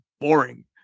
boring